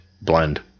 blend